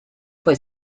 fue